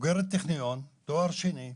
בוגרת טכניון, תואר שני.